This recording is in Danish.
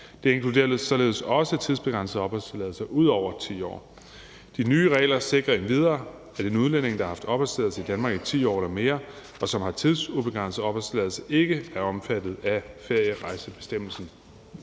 Det inkluderer således også tidsbegrænset opholdstilladelse ud over 10 år. De nye regler sikrer endvidere, at en udlænding, der har haft opholdstilladelse i Danmark i 10 år eller mere, og som har tidsubegrænset opholdstilladelse, ikke er omfattet af ferierejsebestemmelsen.